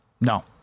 No